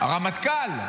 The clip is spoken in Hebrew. הרמטכ"ל.